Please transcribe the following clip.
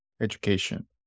education